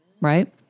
Right